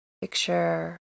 Picture